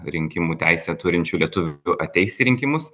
rinkimų teisę turinčių lietuvių ateis į rinkimus